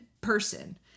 person